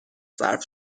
صرف